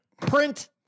Print